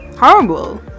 horrible